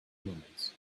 moments